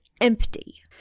empty